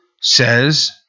says